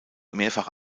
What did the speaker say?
mehrfach